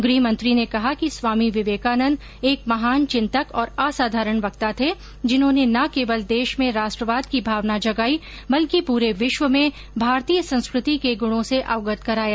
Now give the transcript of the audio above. गृहमंत्री ने कहा कि खामी विवेकानंद एक महान चिंतक और असाधारण वक्ता थे जिन्होंने न केवल देश में राष्टवाद की भावना जगाई बल्कि पूरे विश्व में भारतीय संस्कृति के गुणों से अगवत कराया